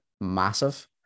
massive